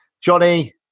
Johnny